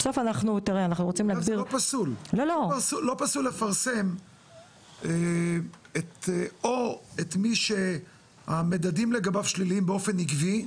זה לא פסול לפרסם או את מי שהמדדים לגביו שליליים באופן עקבי,